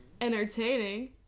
Entertaining